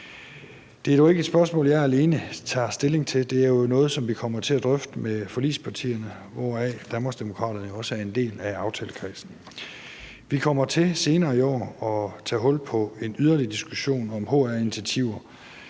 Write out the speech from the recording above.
Det er dog ikke et spørgsmål, som jeg alene tager stilling til. Det er jo noget, som vi kommer til at drøfte med forligspartierne, hvor Danmarksdemokraterne jo også er en del af aftalekredsen. Vi kommer til senere i år at tage hul på en yderligere diskussion om hr-initiativer,